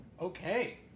okay